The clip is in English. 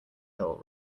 hill